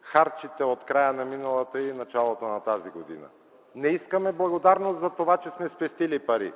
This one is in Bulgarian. харчите от края на миналата и началото на тази година. Не искаме благодарност за това, че сме спестили пари,